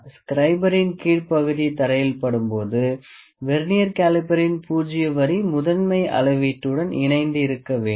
ஸ்க்ரைபின் கீழ்ப்பகுதி தரையில் படும் பொழுது வெர்னியர் கேலிபேரின் பூஜ்ஜிய வரி முதன்மை அளவீடுடன் இணைந்து இருக்க வேண்டும்